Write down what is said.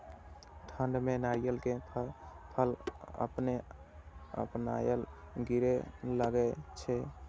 ठंड में नारियल के फल अपने अपनायल गिरे लगए छे?